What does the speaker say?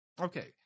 Okay